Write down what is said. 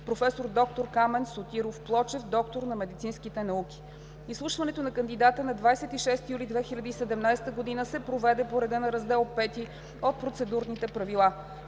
професор доктор Камен Сотиров Плочев – доктор на медицинските науки. Изслушването на кандидата на 26 юли 2017 г. се проведе по реда на Раздел V от Процедурните правила.